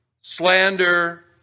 slander